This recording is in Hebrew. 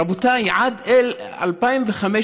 רבותיי, עד 2015,